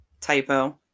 typo